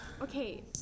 Okay